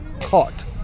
caught